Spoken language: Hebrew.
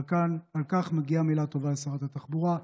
על כך מגיעה מילה טובה לשרת התחבורה.